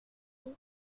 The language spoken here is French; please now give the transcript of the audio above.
ici